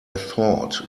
thought